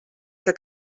que